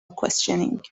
questioning